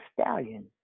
stallion